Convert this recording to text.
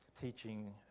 teaching